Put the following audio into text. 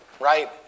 Right